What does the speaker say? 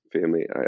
family